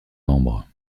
membres